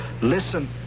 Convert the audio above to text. listen